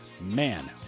Man